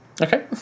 Okay